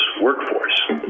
workforce